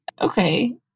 Okay